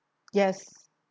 yes